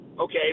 okay